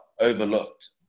overlooked